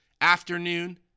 afternoon